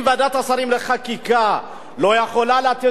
אם ועדת השרים לחקיקה לא יכולה לתת